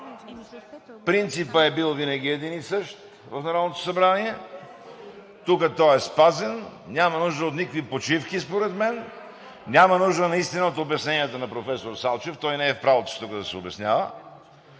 Принципът винаги е бил един и същ в Народното събрание. Тук той е спазен. Няма нужда от никакви почивки според мен. Няма нужда наистина от обясненията на професор Салчев – той не е в правото си тук да се обяснява.